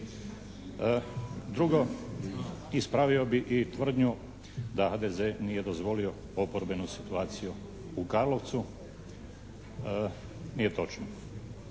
Drugo, ispravio bi i tvrdnju da HDZ nije dozvolio oporbeni situaciju u Karlovcu. Nije točno.